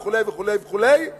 וכו' וכו' וכו'